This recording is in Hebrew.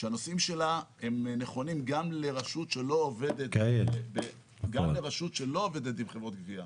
שהנושאים שלה נכונים גם לרשות שלא עובדת עם חברות גבייה.